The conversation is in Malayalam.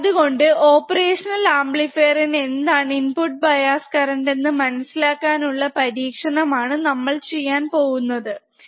അത്കൊണ്ട് ഓപ്പറേഷണൽ അമ്പ്ലിഫീർന് എന്താണ് ഇൻപുട് ബയാസ് കറന്റ് എന്ന് മനസിലാക്കാൻ ഉള്ള പരീക്ഷണം നമ്മൾ ചെയ്യാൻ പോകുകയാണ്